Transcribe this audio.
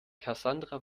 cassandra